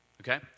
Okay